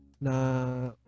na